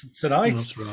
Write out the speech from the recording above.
tonight